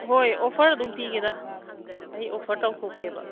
ꯍꯣꯏ ꯑꯣꯐꯔ ꯑꯗꯨꯝ ꯄꯤꯒꯦꯗ ꯑꯩ ꯑꯣꯐꯔ ꯇꯧꯊꯣꯛꯀꯦꯕ